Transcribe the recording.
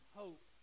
hope